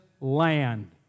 land